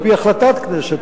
על-פי החלטת הכנסת,